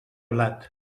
blat